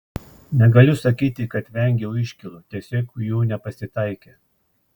negaliu sakyti kad vengiau iškylų tiesiog jų nepasitaikė